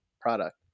product